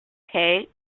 cay